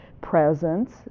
presence